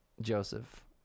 joseph